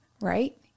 right